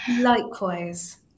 Likewise